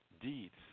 deeds